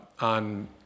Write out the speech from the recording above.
on